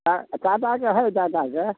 आ टाटाके हय टाटाके